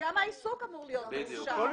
גם העיסוק אמור להיות מאושר.